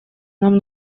нам